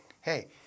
hey